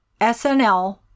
SNL